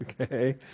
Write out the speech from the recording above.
okay